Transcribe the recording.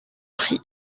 prix